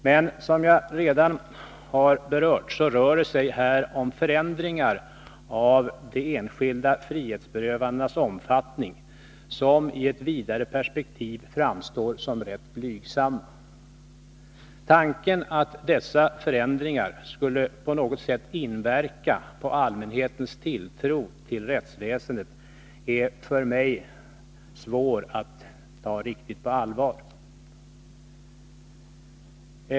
Men som jag redan har sagt rör det sig här om förändringar av de enskilda frihetsberövandenas omfattning som i ett vidare perspektiv framstår som rätt blygsamma. Tanken att dessa förändringar skulle på något sätt inverka på allmänhetens tilltro till rättsväsendet är för mig svår att ta riktigt på allvar.